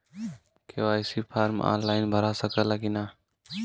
KYC form online भरा सकला की ना?